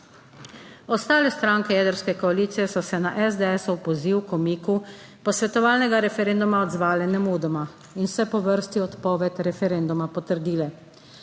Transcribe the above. Ostale stranke jedrske koalicije so se na SDS-ov poziv k umiku posvetovalnega referenduma odzvale nemudoma in vse po vrsti odpoved referenduma potrdile.